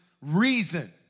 reason